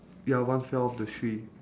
ya one fell off the tree